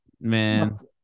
man